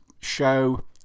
Show